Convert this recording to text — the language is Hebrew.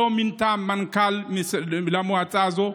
לא מינתה מנכ"ל למועצה הזאת.